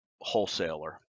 wholesaler